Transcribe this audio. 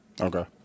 Okay